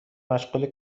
مشغول